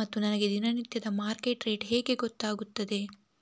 ಮತ್ತು ನನಗೆ ದಿನನಿತ್ಯದ ಮಾರ್ಕೆಟ್ ರೇಟ್ ಹೇಗೆ ಗೊತ್ತಾಗುತ್ತದೆ?